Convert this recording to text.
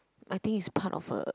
I think is part of a